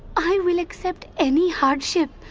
i will accept any hardship.